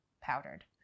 powdered